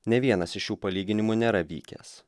ne vienas iš šių palyginimų nėra vykęs